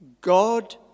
God